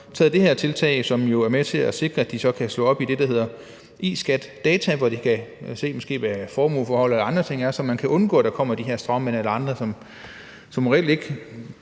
så taget det her tiltag, som jo er med til at sikre, at de så kan slå op i det, der hedder eSkatData, hvor de måske kan se formueforhold eller andre ting, så de kan undgå, at der kommer de her stråmænd eller andre, som reelt ikke